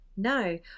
No